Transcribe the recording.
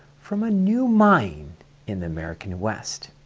from a new mine in the american west.